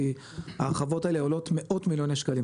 כי ההרחבות האלה עולות מאות מיליוני שקלים,